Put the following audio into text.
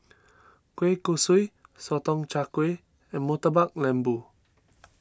Kueh Kosui Sotong Char Kway and Murtabak Lembu